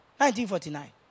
1949